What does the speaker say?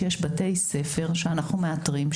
שיש בתי ספר שאנחנו מאתרים,